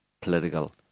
political